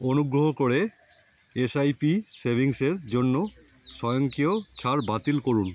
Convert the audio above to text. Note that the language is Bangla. অনুগ্রহ করে এসআইপি সেভিংসের জন্য স্বয়ংক্রিয় ছাড় বাতিল করুন